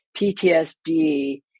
PTSD